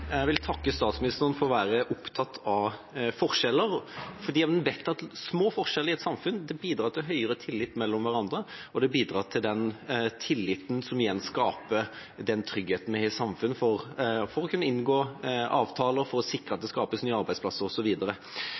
opptatt av forskjeller, for en vet at små forskjeller i et samfunn bidrar til en høyere tillit mellom mennesker, og det bidrar til den tilliten som igjen skaper den tryggheten vi har i samfunn for å kunne inngå avtaler, for å sikre at det skapes nye arbeidsplasser